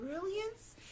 brilliance